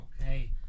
Okay